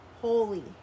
holy